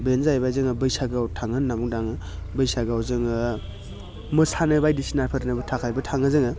बेनो जाहैबाय जोङो बैसागोआव थाङो होनना बुंदो आङो बैसागोआव जोङो मोसानो बायदिसिनाफोरनिबो थाखायबो थाङो जोङो